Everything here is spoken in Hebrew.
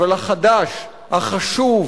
אבל החדש, החשוב